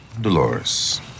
Dolores